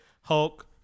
Hulk